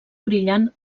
brillant